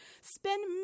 spend